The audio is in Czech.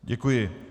Děkuji.